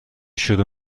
شروع